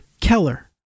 Keller